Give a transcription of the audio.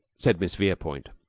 said miss verepoint.